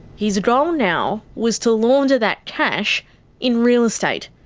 his goal now was to launder that cash in real estate.